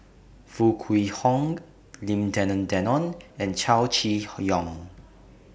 Foo Kwee Horng Lim Denan Denon and Chow Chee Yong